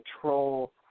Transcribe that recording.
control